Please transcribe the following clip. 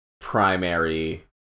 primary